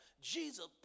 Jesus